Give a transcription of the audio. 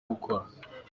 gukora